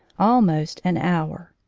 almost an hour!